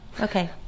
Okay